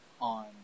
on